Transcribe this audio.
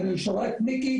אני שואל את מיקי,